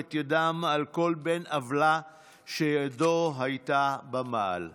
שידעה ימים קשים,